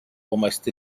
almost